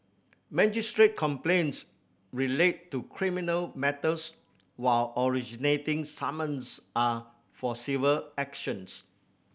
magistrate's complaints relate to criminal matters while originating summons are for civil actions